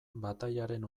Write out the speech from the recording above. batailaren